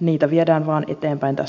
niitä viedään vain eteenpäin tästä huolimatta